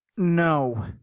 No